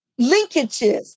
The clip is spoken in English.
linkages